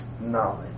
knowledge